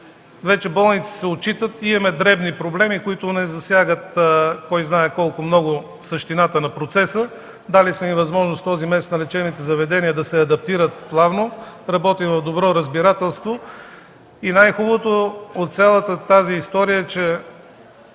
вече болниците се отчитат. Имаме дребни проблеми, които не засягат кой-знае колко много същината на процеса. Този месец сме дали възможност на лечебните заведения да се адаптират плавно. Работим в добро разбирателство. Най-хубавото от цялата тази история е, че